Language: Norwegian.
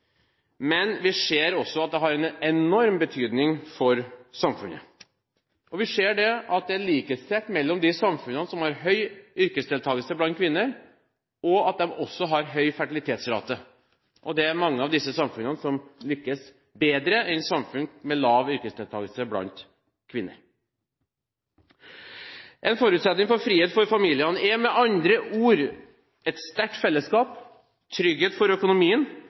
Men vi ser også at det har en enorm betydning for samfunnet. Vi ser at det er likhetstrekk mellom de samfunnene som har høy yrkesdeltakelse blant kvinner; de har også en høy fertilitetsrate. Og det er mange av disse samfunnene som lykkes bedre enn samfunn med lav yrkesdeltakelse blant kvinner. En forutsetning for frihet for familiene er med andre ord et sterkt fellesskap, trygghet for økonomien